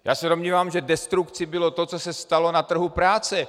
Já se domnívám, že destrukcí bylo to, co se stalo na trhu práce.